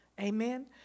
Amen